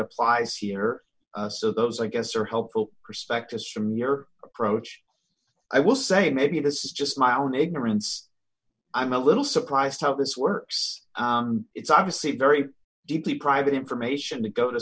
applies here so those i guess are helpful perspectives from your approach i will say maybe this is just my own ignorance i'm a little surprised how this works it's obviously very deeply private information to go to